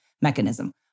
mechanism